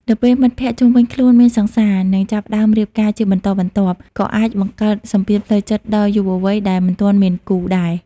នៅពេលមិត្តភក្តិជុំវិញខ្លួនមានសង្សារ នឹងចាប់ផ្តើមរៀបការជាបន្តបន្ទាប់ ក៏អាចបង្កើតសម្ពាធផ្លូវចិត្តដល់យុវវ័យដែលមិនទាន់មានគូដែរ ។